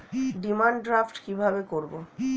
Demand draft কীভাবে করব?